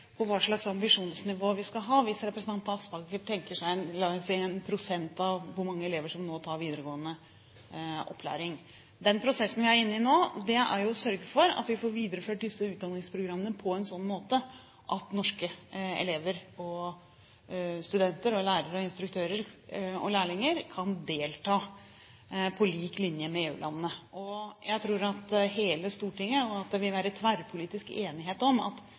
på hva slags ambisjonsnivå vi skal ha, hvis representanten Aspaker tenker seg en – la oss si – prosentandel elever som nå tar videregående opplæring. Den prosessen vi er inne i nå, er å sørge for at vi får videreført disse utdanningsprogrammene på en sånn måte at norske elever, studenter, lærere, instruktører og lærlinger kan delta på lik linje med EU-landene. Jeg tror det i Stortinget vil være tverrpolitisk enighet om at